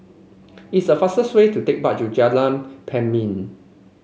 it's a fastest way to take bus to Jalan Pemimpin